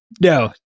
no